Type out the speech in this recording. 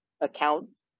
accounts